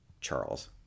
Charles